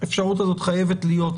האפשרות הזאת חייבת להיות.